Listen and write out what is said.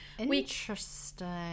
Interesting